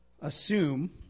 assume